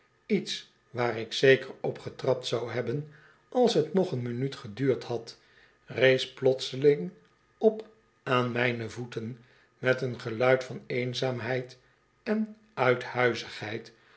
iets waar ik zeker op getrapt zou hebben als t nog een minuut geduurd had rees plotseling op aan mijne voeten met een geluid van eenzaamheid en